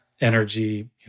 energy